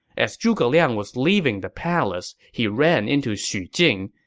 as zhuge liang was leaving the palace, he ran into xu jing,